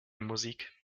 musik